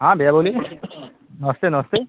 हाँ भैया बोलिए नमस्ते नमस्ते